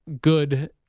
good